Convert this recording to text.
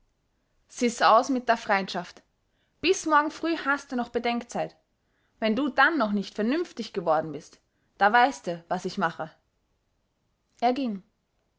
s is aus mit der freindschaft bis morgen früh haste noch bedenkzeit wenn du dann noch nich vernünftig geworden bist da weißte was ich mache er ging